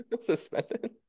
suspended –